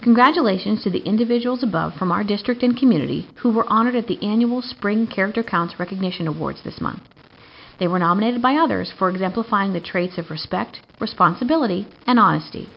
congratulations to the individuals above from our district in community who were honored at the annual spring character counts recognition awards this month they were nominated by others for example find the traits of respect responsibility and honesty